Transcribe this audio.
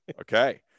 Okay